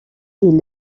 est